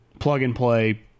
plug-and-play